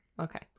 Okay